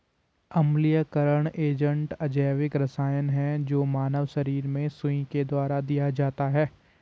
अम्लीयकरण एजेंट अजैविक रसायन है जो मानव शरीर में सुई के द्वारा दिया जाता है